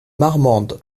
marmande